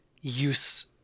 use